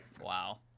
Wow